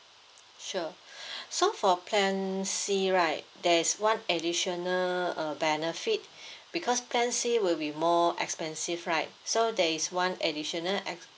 sure so for plan C right there's one additional uh benefit because plan C will be more expensive right so there is one additional ex~